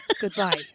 goodbye